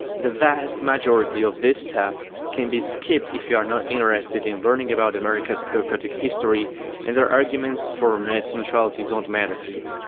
the vast majority of this stuff can be skipped if you are not interested in learning about america's bureaucratic history and their arguments for um net neutrality don't matter to you.